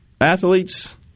athletes